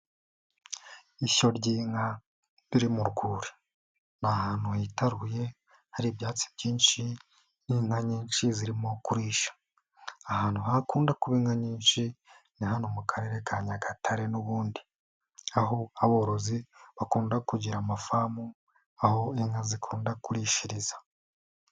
Ishyo ry'inka, riri mu rwuri. Ni ahantu taruye hari ibyatsi byinshi n'inka nyinshi zirimo kurisha. Ahantu hakunda kuba inka nyinshi, ni hano mu Karere ka Nyagatare n'ubundi. Aho aborozi bakunda kugira amafamu, aho inka zikunda kurishiriza.